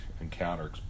encounter